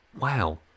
wow